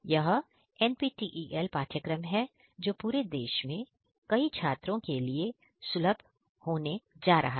यह NPTEL पाठ्यक्रम है जो पूरे देश में कई छात्रों के लिए सुलभ होने जा रहा है